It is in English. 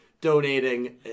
donating